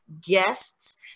guests